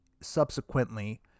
subsequently